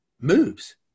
moves